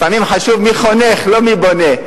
לפעמים חשוב מי חונך, לא מי בונה.